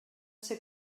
ser